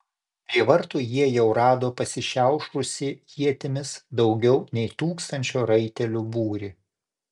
prie vartų jie jau rado pasišiaušusį ietimis daugiau nei tūkstančio raitelių būrį